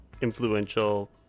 influential